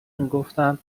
میگفتن